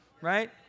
Right